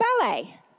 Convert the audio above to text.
ballet